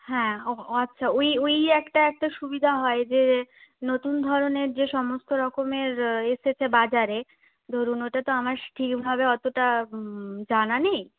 হ্যাঁ আচ্ছা ওই ওই একটা একটা সুবিধা হয় যে নতুন ধরনের যে সমস্ত রকমের এসেছে বাজারে ধরুন ওটা তো আমার ঠিকভাবে অতটা জানা নেই